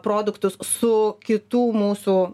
produktus su kitų mūsų